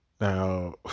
Now